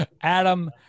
Adam